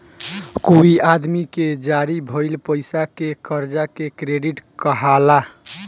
कोई आदमी के जारी भइल पईसा के कर्जा के क्रेडिट कहाला